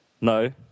No